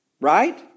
right